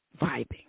vibing